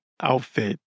outfit